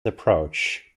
approach